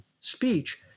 speech